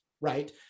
right